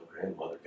grandmother